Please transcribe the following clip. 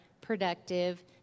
productive